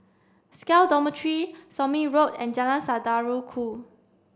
SCAL Dormitory Somme Road and Jalan Saudara Ku